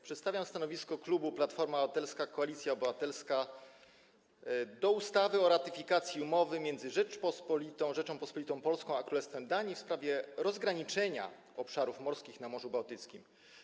Przedstawiam stanowisko klubu Platforma Obywatelska - Koalicja Obywatelska odnośnie do ustawy o ratyfikacji umowy między Rzecząpospolitą Polską a Królestwem Danii w sprawie rozgraniczenia obszarów morskich na Morzu Bałtyckim.